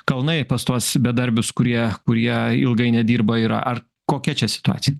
kalnai pas tuos bedarbius kurie kurie ilgai nedirba yra ar kokia čia situacija